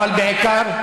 אבל בעיקר,